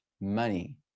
money